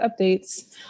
updates